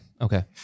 Okay